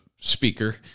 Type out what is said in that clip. speaker